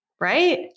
Right